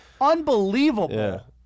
unbelievable